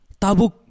Tabuk